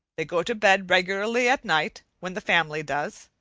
they go to bed regularly at night when the family does.